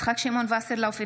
יצחק שמעון וסרלאוף,